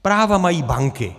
Práva mají banky.